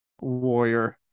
warrior